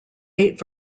eight